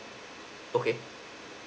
okay